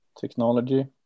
technology